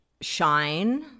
Shine